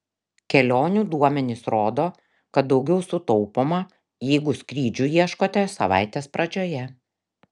kelionių duomenys rodo kad daugiau sutaupoma jeigu skrydžių ieškote savaitės pradžioje